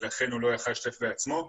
לכן לא יכול היה להשתתף בעצמו.